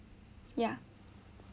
ya